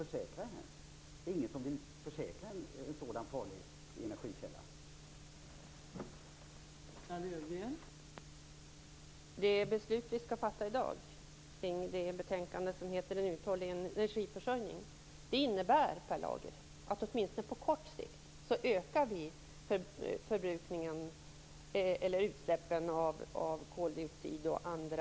Det är ingen som vill försäkra en så farlig energikälla som kärnkraften.